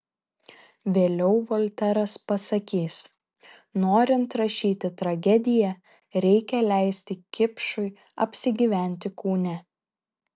vėliau volteras pasakys norint rašyti tragediją reikia leisti kipšui apsigyventi kūne